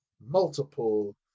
multiple